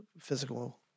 physical